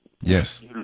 Yes